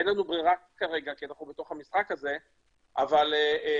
אין לנו ברירה כרגע כי אנחנו בתוך המשחק הזה אבל אם